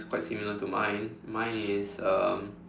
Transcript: it's quite similar to mine mine is um